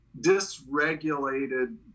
dysregulated